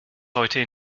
heute